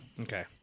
Okay